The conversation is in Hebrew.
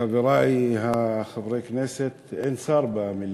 חברי חברי הכנסת, אין שר בבניין.